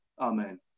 amen